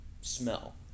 smell